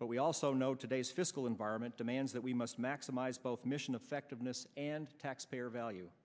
but we also know today's fiscal environment demands that we must maximize both mission effectiveness and taxpayer value